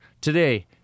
today